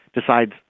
decides